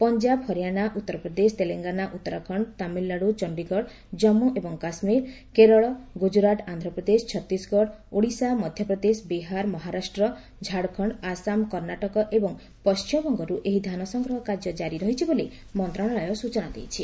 ପଞ୍ଜାବ ହରିୟାଣାଉତ୍ତରପ୍ରଦେଶ ତେଲେଙ୍ଗାନା ଉତ୍ତରାଖଣ୍ଡ ତାମିଲନାଡୁ ଚଣ୍ଡିଗଡ ଜାମ୍ମୁ ଏବଂ କାଶ୍ମୀର କେରଳ ଗୁଜରାଟ୍ ଆନ୍ଧ୍ରପ୍ରଦେଶ ଛତିଶଗଡ ଓଡିଶା ମଧ୍ୟପ୍ରଦେଶ ବିହାର ମହାରାଷ୍ଟ୍ର ଝାଡଖଣ୍ଡ ଆସାମ କର୍ଣ୍ଣାଟକ ଏବଂ ପଣ୍ଟିମବଙ୍ଗରୁ ଏହି ଧାନସଂଗ୍ରହ କାର୍ଯ୍ୟ ଜାରି ରହିଛି ବୋଲି ମନ୍ତ୍ରଶାଳୟ ସୂଚନା ଦେଇଛି